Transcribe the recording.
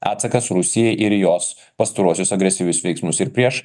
atsakas rusijai ir jos pastaruosius agresyvius veiksmus ir prieš